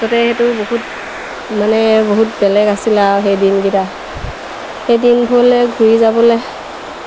যাতে সেইটো বহুত মানে বহুত বেলেগ আছিলে আৰু সেই দিনকেইটা সেই দিনবোৰলৈ ঘূৰি যাবলৈ